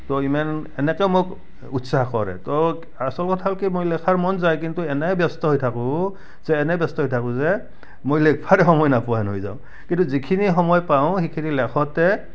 কয় ইমান এনেকৈ মোক উৎসাহ কৰে তো আচল কথা হ'ল কি মই লেখাৰ মন যায় কিন্তু এনেই ব্যস্ত হৈ থাকোঁ যে এনে ব্যস্ত হৈ থাকোঁ যে মই লিখিবৰ সময় নোপোৱা হৈ যাওঁ কিন্তু যিখিনি সময় পাওঁ সেইখিনি লেখোঁতে